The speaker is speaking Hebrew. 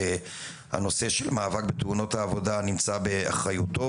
שנושא המאבק בתאונות העבודה נמצא באחריותו,